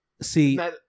See